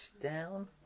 down